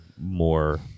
more